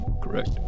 Correct